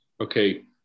Okay